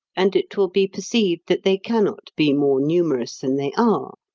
and it will be perceived that they cannot be more numerous than they are.